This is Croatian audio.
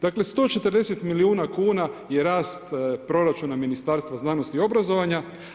Dakle 140 milijuna kuna je rast proračuna Ministarstva znanosti i obrazovanja.